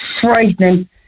frightening